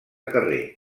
carrer